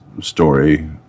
Story